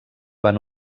van